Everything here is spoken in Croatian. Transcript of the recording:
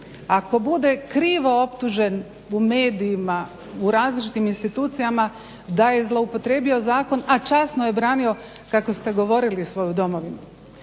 ako bude krivo optužen u medijima, u različitim institucijama da je zloupotrijebio zakon, a časno je branio kako ste govorili svoju Domovinu,